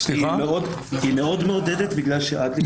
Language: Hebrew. היא מאוד מעודדת כי עד לפני חודש הייתה רק חברה אחת.